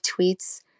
tweets